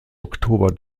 oktober